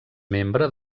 membre